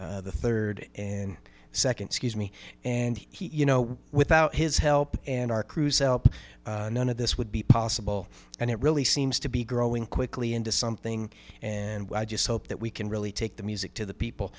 dean the third and second scuse me and he you know without his help and our crews help none of this would be possible and it really seems to be growing quickly into something and i just hope that we can really take the music to the people